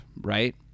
right